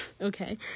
Okay